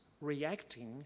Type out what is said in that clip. reacting